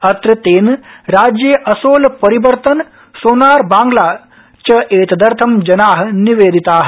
अत्र तेन राज्ये असोल पोरिबर्तन सोनार बांग्ला च एतदर्थं जना निवेदिता